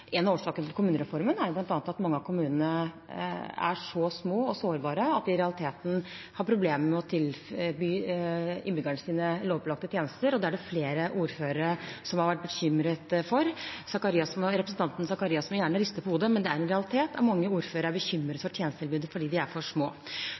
En av årsakene til kommunereformen er jo bl.a. at mange av kommunene er så små og sårbare at de i realiteten har problemer med å tilby innbyggerne sine lovpålagte tjenester, og det er det flere ordførere som har vært bekymret for. Representanten Sakariassen må gjerne riste på hodet, men det er en realitet at mange ordførere er bekymret